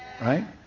right